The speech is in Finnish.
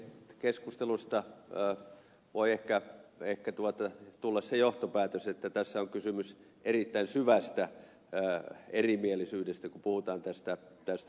keskustelusta voi ehkä tulla se johtopäätös että tässä on kysymys erittäin syvästä erimielisyydestä kun puhutaan tästä määrärahatasosta